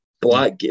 black